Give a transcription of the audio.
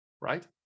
right